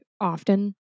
often